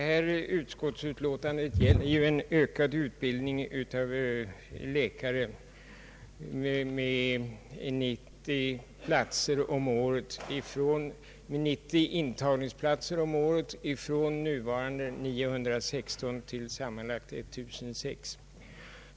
Herr talman! Detta utlåtande gäller ökad utbildning av läkare — med 90 intagningsplatser om året från nuvarande 916 till 1 006.